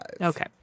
okay